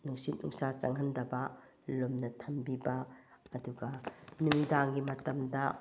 ꯅꯨꯡꯁꯤꯠ ꯅꯨꯡꯁꯥ ꯆꯪꯍꯟꯗꯕ ꯂꯨꯝꯅ ꯊꯝꯕꯤꯕ ꯑꯗꯨꯒ ꯅꯨꯃꯤꯗꯥꯡꯒꯤ ꯃꯇꯝꯗ